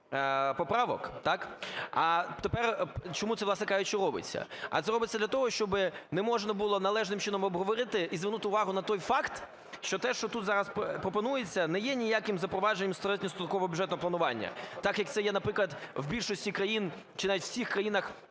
А тепер, чому це, власне кажучи, робиться? А це робиться для того, щоб не можна було належним чином обговорити і звернути увагу на той факт, що те, що тут зараз пропонується, не є ніяким запровадженням середньострокового бюджетного планування, так як це є, наприклад, в більшості країн чи навіть у всіх країнах